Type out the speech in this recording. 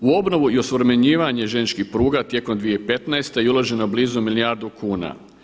U obnovu i osuvremenjivanje željezničkih pruga tijekom 2015. je uloženo blizu milijardu kuna.